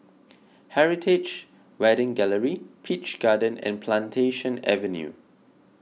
Heritage Wedding Gallery Peach Garden and Plantation Avenue